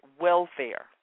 welfare